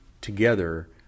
together